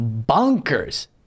bonkers